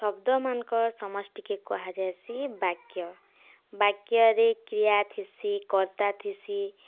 ଶବ୍ଦମାନଙ୍କର ସମଷ୍ଟିକେ କୁହାଯାଇସି ବାକ୍ୟ ବାକ୍ୟରେ କ୍ରିୟା ଥିସି କର୍ତ୍ତା ଥିସି